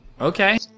Okay